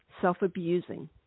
self-abusing